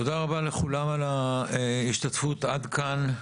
תודה רבה לכולם על ההשתתפות עד כאן.